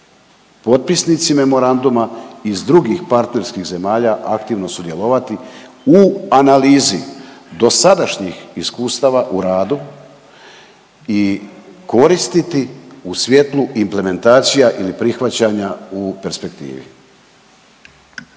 potpisnici memoranduma iz drugih partnerskih zemalja aktivno sudjelovati u analizi dosadašnjih iskustava u radu i koristiti u svjetlu implementacija ili prihvaćanja u perspektivi.